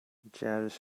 jazz